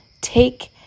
Take